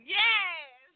yes